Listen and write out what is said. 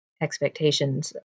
expectations